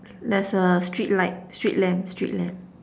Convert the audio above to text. there's a street light street lamp street lamp